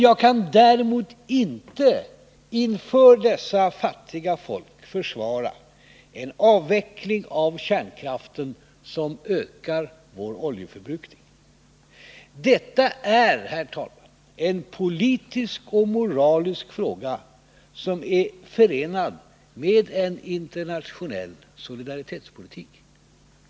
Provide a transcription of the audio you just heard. Jag kan däremot inte inför dessa fattiga folk försvara en avveckling av kärnkraften som ökar vår oljeförbrukning. Detta är, herr talman, en politisk och moralisk fråga som är förenad med en internationell solidaritetspolitik.